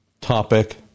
topic